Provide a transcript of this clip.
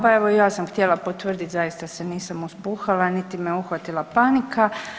Pa evo i ja sam htjela potvrdit zaista se nisam uspuhala niti me uhvatila panika.